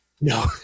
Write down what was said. No